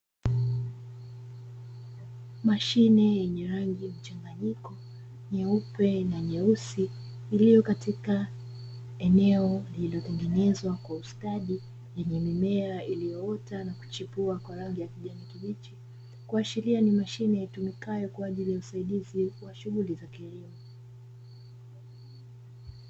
Mashine yenye rangi ya mchanganyiko nyeupe na nyeusi, iliyo katika eneo lililotengenezwa kwa ustadi yenye mimea iliyoota na kuchipua kwa rangi ya kijani kibichi, kuashiria ni mashine itumikayo kwa ajili ya usaidizi wa shughuli za kilimo.